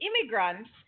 immigrants